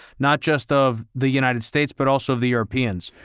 not just of the united states, but also the europeans.